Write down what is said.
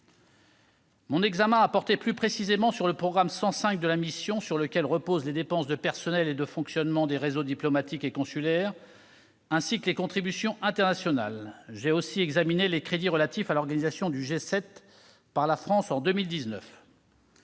Mon examen a porté plus précisément sur le programme 105 de la mission, sur lequel reposent les dépenses de personnel et de fonctionnement des réseaux diplomatique et consulaire ainsi que les contributions internationales. J'ai aussi examiné les crédits relatifs à l'organisation du G7 par la France en 2019.